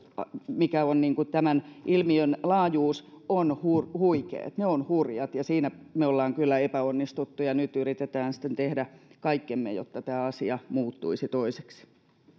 mikä on tämän ilmiön laajuus ovat huikeat ne ovat hurjat siinä me olemme kyllä epäonnistuneet ja nyt yritetään sitten tehdä kaikkemme jotta tämä asia muuttuisi toiseksi